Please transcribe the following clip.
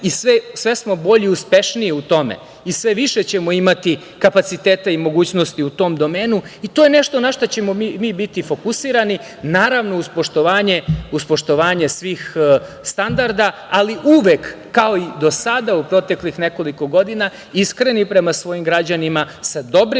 i sve smo bolji i uspešniji u tome i sve više ćemo imati kapaciteta i mogućnosti u tom domenu. To je nešto na šta ćemo mi biti fokusirani, naravno uz poštovanje svih standarda, ali uvek kao i do sada u proteklih nekoliko godina iskreni prema svojim građanima, sa dobrim